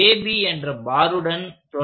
AB என்ற பாருடன் தொடங்குவோம்